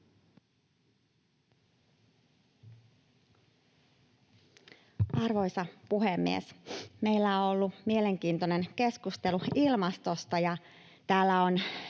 Arvoisa puhemies! Meillä on ollut mielenkiintoinen keskustelu ilmastosta,